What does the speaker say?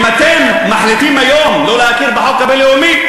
אם אתם מחליטים היום לא להכיר בחוק הבין-לאומי,